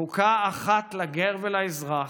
חוקה אחת לגר ולאזרח,